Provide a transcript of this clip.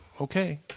Okay